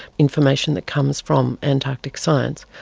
information that comes from antarctic science.